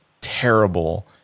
terrible